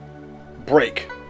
break